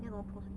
then 你要这么样脱水